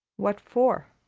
what for?